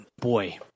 boy